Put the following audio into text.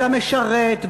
ולמשרת,